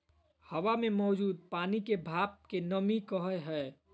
हवा मे मौजूद पानी के भाप के नमी कहय हय